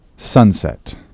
sunset